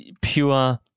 pure